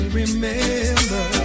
remember